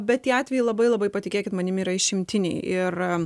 bet tie atvejai labai labai patikėkit manimi yra išimtiniai ir